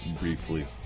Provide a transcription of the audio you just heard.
briefly